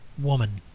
woman